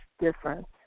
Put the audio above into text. difference